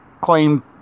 claim